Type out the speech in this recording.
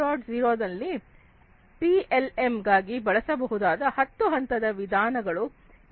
0 ನಲ್ಲಿ ಪಿಎಲ್ಎಂ ಗಾಗಿ ಬಳಸಬಹುದಾದ 10 ಹಂತದ ವಿಧಾನಗಳು ಇವು